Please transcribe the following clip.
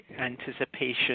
anticipation